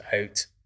out